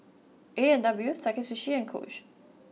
A and W Sakae Sushi and Coach